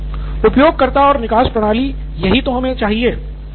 professor उपयोगकर्ता और निकास प्रणाली यही तो हमें चाहिए